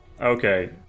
okay